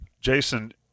Jason